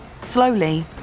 Slowly